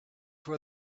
for